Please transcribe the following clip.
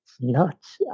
nuts